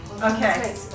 Okay